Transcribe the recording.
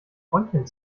bronchien